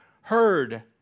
heard